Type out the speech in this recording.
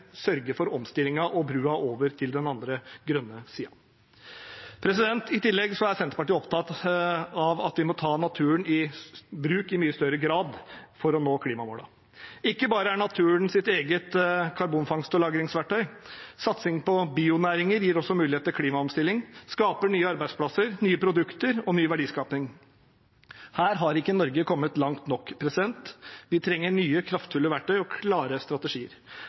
for omstillingen og broen over til den andre, grønne siden. I tillegg er Senterpartiet opptatt av at vi i mye større grad må ta naturen i bruk for å nå klimamålene. Ikke bare er naturen sitt eget karbonfangst- og lagringsverktøy, satsing på bionæringer gir også mulighet til klimaomstilling og skaper nye arbeidsplasser, nye produkter og gir ny verdiskaping. Her har ikke Norge kommet langt nok. Vi trenger nye kraftfulle verktøy og klare strategier.